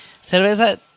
cerveza